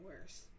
worse